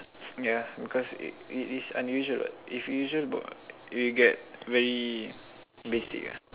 yeah because it is unusual what if usual will get very basic ah